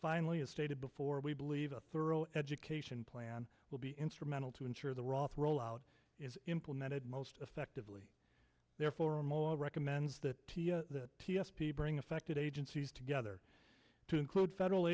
finally as stated before we believe a thorough education plan will be instrumental to ensure the roth rollout is implemented most effectively there florimel recommends that t s p bring affected agencies together to include federal